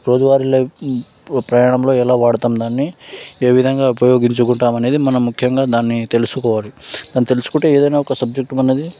రోజువారి ప్రయాణంలో ఎలా వాడతాం దాన్ని ఏ విధంగా ఉపయోగించుకుంటామనేది మన ముఖ్యంగా దాన్ని తెలుసుకోవాలి మనం తెలుసుకుంటే ఏదైనా ఒక సబ్జెక్ట్ మనది